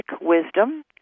Wisdom